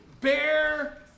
bear